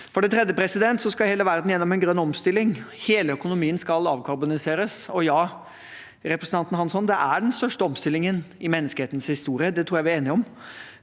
For det tredje: Hele verden skal gjennom en grønn omstilling. Hele økonomien skal avkarboniseres. Og til representanten Hansson: Ja, det er den største omstillingen i menneskehetens historie. Det tror jeg vi er enige om,